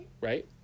Right